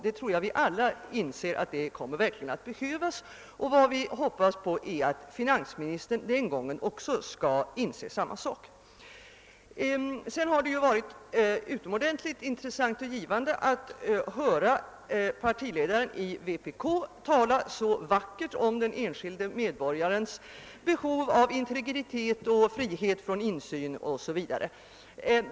Jag tror att vi alla inser att detta kommer att behövas, och vad vi hoppas är att finansministern skall inse samma sak. Det var utomordentligt intressant och givande att höra ledaren för vänsterpartiet kommunisterna tala så vackert om den enskilde medborgarens behov av integritet, av frihet från insyn osv.